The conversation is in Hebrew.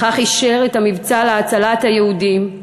וכך אישר את המבצע להצלת היהודים,